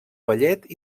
ballet